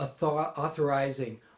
authorizing